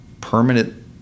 permanent